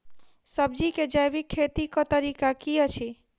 सब्जी केँ जैविक खेती कऽ तरीका की अछि?